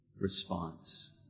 response